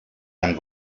ein